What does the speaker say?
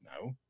No